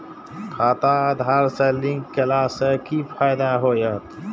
खाता आधार से लिंक केला से कि फायदा होयत?